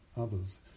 others